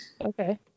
Okay